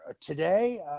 today